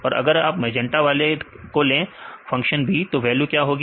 और अगर आप मजेंटा वाले खोलें फंक्शन B तो वैल्यू क्या होगी